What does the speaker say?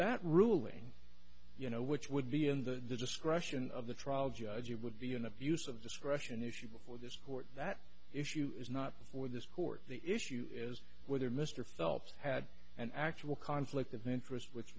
that ruling you know which would be in the discretion of the trial judge it would be an abuse of discretion an issue before this court that issue is not before this court the issue is whether mr phelps had an actual conflict of interest which